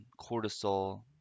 cortisol